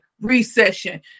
recession